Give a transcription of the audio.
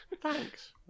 Thanks